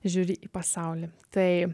žiūri į pasaulį tai